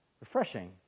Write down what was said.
Refreshing